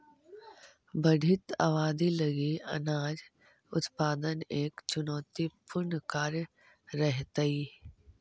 बढ़ित आबादी लगी अनाज उत्पादन एक चुनौतीपूर्ण कार्य रहेतइ